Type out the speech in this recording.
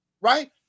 Right